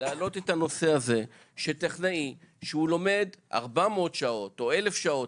להעלות את הנושא הזה שטכנאי שהוא לומד 400 שעות או 1,000 שעות,